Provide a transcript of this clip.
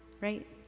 right